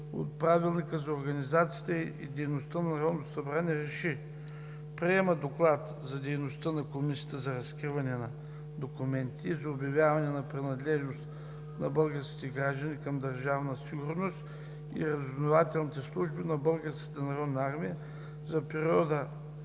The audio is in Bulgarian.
от Правилника за организацията и дейността на Народното събрание РЕШИ: Приема Доклад за дейността на Комисията за разкриване на документите и за обявяване на принадлежност на български граждани към Държавна сигурност и разузнавателните служби на Българската народна армия за периода